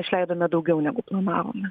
išleidome daugiau negu planavome